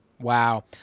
Wow